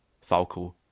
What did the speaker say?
Falco